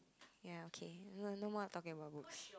ya okay no more talking about books